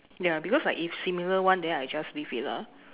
ya because like if similar one then I just leave it lah